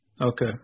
Okay